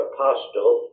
Apostle